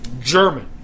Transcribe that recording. German